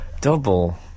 Double